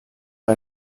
per